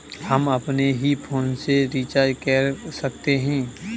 हम अपने ही फोन से रिचार्ज कैसे कर सकते हैं?